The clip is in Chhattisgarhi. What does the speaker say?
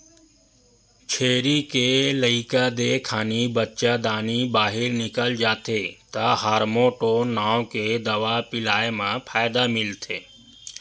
छेरी के लइका देय खानी बच्चादानी बाहिर निकल जाथे त हारमोटोन नांव के दवा पिलाए म फायदा मिलथे